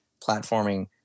platforming